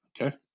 Okay